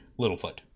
Littlefoot